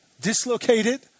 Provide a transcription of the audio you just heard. dislocated